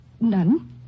None